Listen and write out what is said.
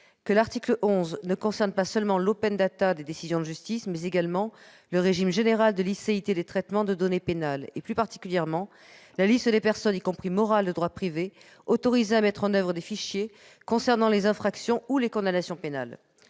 que l'article 11 ne concerne pas seulement ce sujet, mais également le régime général de licéité des traitements de données pénales et, plus particulièrement, la liste des personnes, y compris morales de droit privé, autorisées à mettre en oeuvre des fichiers concernant les infractions ou les condamnations pénales.